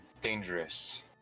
dangerous